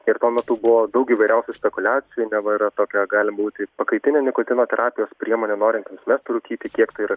ir tuo metu buvo daug įvairiausių spekuliacijų neva yra tokia gali būti pakaitinė nikotino terapijos priemonė norintiems mest rūkyti kiek tai yra